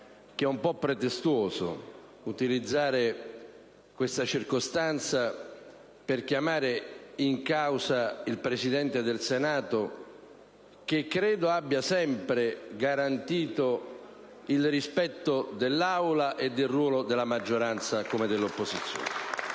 che è un po' pretestuoso utilizzare questa circostanza per chiamare in causa il Presidente del Senato, che ritengo abbia sempre garantito il rispetto dell'Assemblea e del ruolo della maggioranza come dell'opposizione.